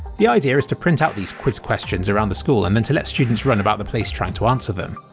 the idea is to print out these quiz questions around the school and then to let students run about the place, trying to answer them.